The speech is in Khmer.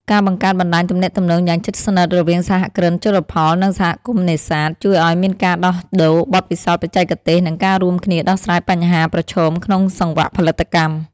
ការបង្កើតបណ្ដាញទំនាក់ទំនងយ៉ាងជិតស្និទ្ធរវាងសហគ្រិនជលផល និងសហគមន៍នេសាទ ជួយឱ្យមានការដោះដូរបទពិសោធន៍បច្ចេកទេស និងការរួមគ្នាដោះស្រាយបញ្ហាប្រឈមក្នុងសង្វាក់ផលិតកម្ម។